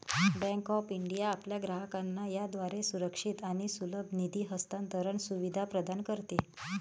bank of India आपल्या ग्राहकांना याद्वारे सुरक्षित आणि सुलभ निधी हस्तांतरण सुविधा प्रदान करते